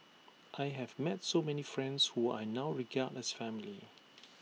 I have met so many friends who I now regard as family